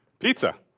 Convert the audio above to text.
pizza?